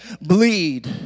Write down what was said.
bleed